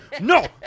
No